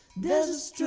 this